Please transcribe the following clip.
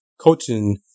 coaching